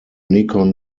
nikon